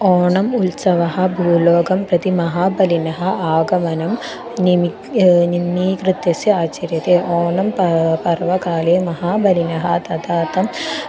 ओणम् उत्सवः भूलोकं प्रति महाबलिनः आगमनं निमित्तं निमीकृत्यस्य आचर्यते ओणं प पर्वकाले महाबलिनः तदर्थं